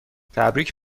تبریک